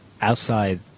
outside